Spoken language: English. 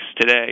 today